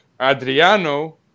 Adriano